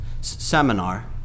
seminar